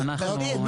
אז אני אומר,